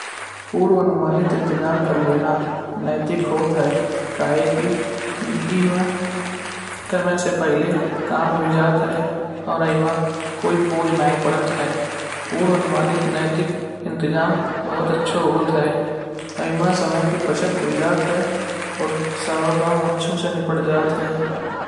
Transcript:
पूर्व अनुमानित इन्तेजाम कर लेना नैतिक होत है कहे कि इमा समय से पहिले काम हुई जात है। और इमा कोई बोझ नाहीं पड़त है पूर्व अनुमानित नैतिक इन्तेजाम बहुत अच्छे होते हैं। इमा समय की बचत हुई जात है और सारा काम अच्छे से निपट जात है।